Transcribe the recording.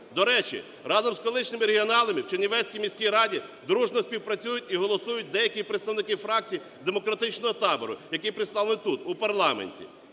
До речі, разом з колишніми регіоналами в Чернівецькій міській раді дружно співпрацюють і голосують деякі представники фракцій демократичного табору, які представлені тут, у парламенті.